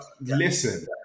Listen